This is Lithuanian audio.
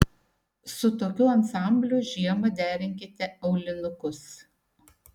su tokiu ansambliu žiemą derinkite aulinukus